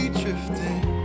drifting